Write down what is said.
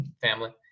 family